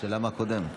השאלה, מה קודם.